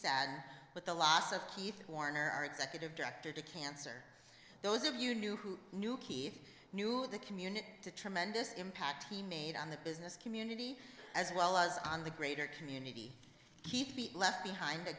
saddened with the loss of keith warner our executive director to cancer those of you new who knew key knew the community to tremendous impact he made on the business community as well as on the greater community left behind